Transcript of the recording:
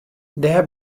dêr